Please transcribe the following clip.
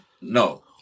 no